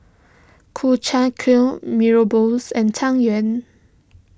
Ku Chai Kuih Mee Rebus and Tang Yuen